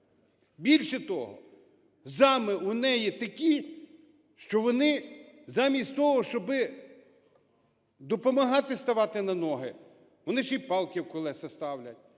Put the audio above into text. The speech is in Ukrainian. Більше того, зами у неї такі, що вони замість того, щоби допомагати ставати на ноги, вони ще й палки в колеса ставлять.